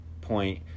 Point